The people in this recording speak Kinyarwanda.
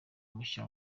mushya